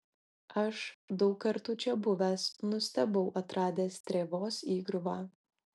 aš daug kartų čia buvęs nustebau atradęs strėvos įgriuvą